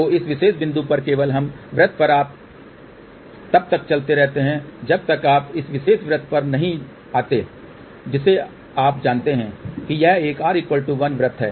तो इस विशेष बिंदु पर केवल इस वृत्त पर आप तब तक चलते रहते हैं जब तक आप इस विशेष वृत्त पर नहीं आते जिसे आप जानते हैं कि यह एक r1 वृत्त है